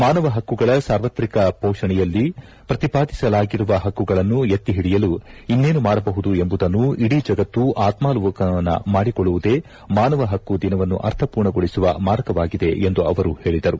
ಮಾನವ ಹಕ್ಕುಗಳ ಸಾರ್ವತ್ರಿಕ ಘೋಷಣೆಯಲ್ಲಿ ಪ್ರತಿಪಾದಿಸಲಾಗಿರುವ ಹಕ್ಕುಗಳನ್ನು ಎತ್ತಿಹಿಡಿಯಲು ಇನ್ನೇನು ಮಾಡಬಹುದು ಎಂಬುದನ್ನು ಇಡೀ ಜಗತ್ತು ಆತ್ಮಾಲೋಕನ ಮಾಡಿಕೊಳ್ಳುವುದೇ ಮಾನವ ಪಕ್ಕು ದಿನವನ್ನು ಅರ್ಥಪೂರ್ಣಗೊಳಿಸುವ ಮಾರ್ಗವಾಗಿದೆ ಎಂದು ಅವರು ಹೇಳಿದರು